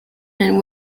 and